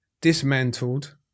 dismantled